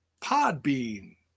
Podbean